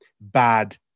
bad